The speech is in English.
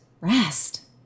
rest